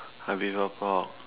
I prefer pork